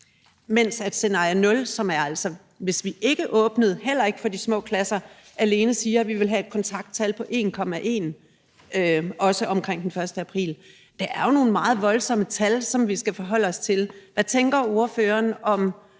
Men med scenarie 0, som altså gælder, hvis vi ikke åbnede, heller ikke for de små klasser, gælder det, at vi vil have et kontakttal på 1,1 også omkring den 1. april. Det er jo nogle meget voldsomme antal, som vi skal forholde os til. Hvad tænker ordføreren om